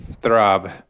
throb